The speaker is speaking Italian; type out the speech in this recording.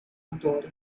motori